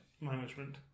Management